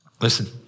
listen